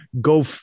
go